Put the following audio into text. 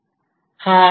हा node MCU आहे